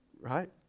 right